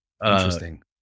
Interesting